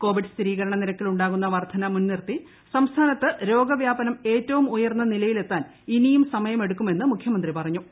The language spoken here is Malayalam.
കോവിഡ് സ്ഥിരീകരണ നിരക്കിൽ ഉണ്ടാകുന്ന വർദ്ധന മുൻനിർത്തി സംസ്ഥാനത്ത് രോഗവ്യാപനം ഏറ്റവും ഉയർന്ന നിലയിലെത്താൻ ഇനിയും സമയമെടുക്കുമെന്ന് മുഖ്യമന്ത്രി പറഞ്ഞു